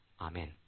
Amen